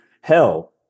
Hell